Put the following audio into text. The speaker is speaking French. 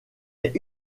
est